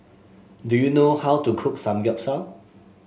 do you know how to cook Samgyeopsal